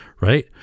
right